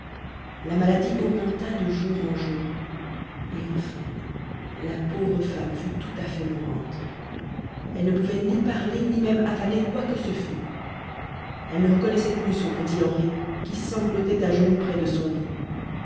la maladie augmenta de jour en jour et enfin la pauvre femme fut tout à fait mourante elle ne pouvait ni parler ni même avaler quoi que ce fût elle ne reconnaissait plus son petit henri qui sanglotait à genoux près de son lit